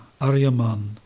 Aryaman